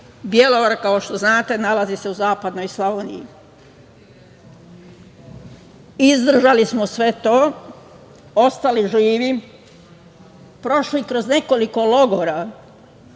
Bjelovar kao što znate nalazi se u zapadnoj Slavoniji. Izdržali smo sve to, ostali živi, prošli kroz nekoliko logora.